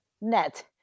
net